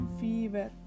fever